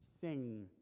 Sing